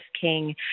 king